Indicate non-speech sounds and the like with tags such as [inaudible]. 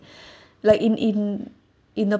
[breath] like in in in the